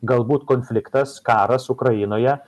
galbūt konfliktas karas ukrainoje